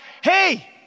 Hey